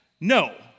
No